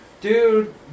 dude